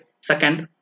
second